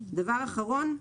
הדבר האחרון,